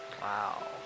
wow